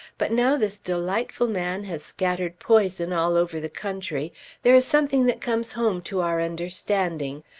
but now this delightful man has scattered poison all over the country there is something that comes home to our understanding.